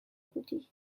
بودی